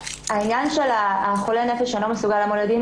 העניין ש החולה הנפש שלא מסוגל לעמוד לדין